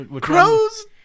Crows